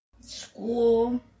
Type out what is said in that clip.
school